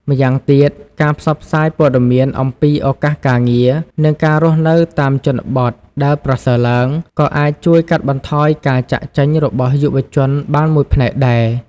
ម្យ៉ាងទៀត ការផ្សព្វផ្សាយព័ត៌មានអំពីឱកាសការងារ និងការរស់នៅនៅតាមជនបទដែលប្រសើរឡើង ក៏អាចជួយកាត់បន្ថយការចាកចេញរបស់យុវជនបានមួយផ្នែកដែរ។